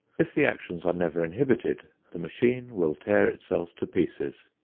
if the actions are never inhibited, the machine will tear itself to pieces.